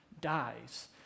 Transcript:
dies